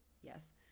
yes